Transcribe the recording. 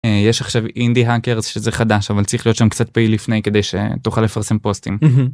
יש עכשיו אינדי הקר שזה חדש אבל צריך להיות שם קצת לפני כדי שתוכל לפרסם פוסטים.